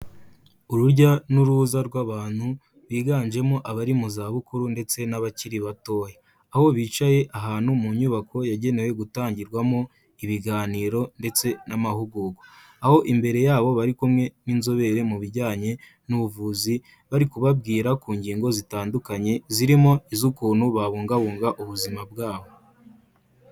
Urujya n'uruza rw'abantu biganjemo abari mu zabukuru ndetse n'abakiri batoya. Aho bicaye ahantu mu nyubako yagenewe gutangirwamo ibiganiro ndetse n'amahugurwa, aho imbere yabo bari kumwe n'inzobere mu bijyanye n'ubuvuzi bari kubabwira ku ngingo zitandukanye, zirimo iz'ukuntu babungabunga ubuzima bwabo.